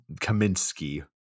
Kaminsky